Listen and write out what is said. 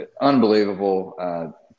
unbelievable